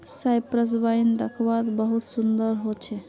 Cyprus wine दाख्वात बहुत सुन्दर होचे